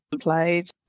played